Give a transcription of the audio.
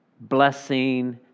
blessing